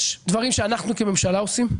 יש דברים שאנחנו כממשלה עושים.